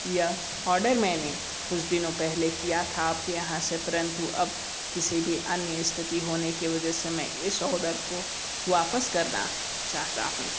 यह ऑर्डर मैंने कुछ दिनों पहले किया था आपके यहाँ से परन्तु अब किसी भी अन्य स्थिति होने की वजह से मैं इस आर्डर को वापस करना चाहता हूँ